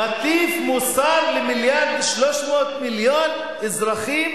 מוכרזים ארגונים כארגוני טרור,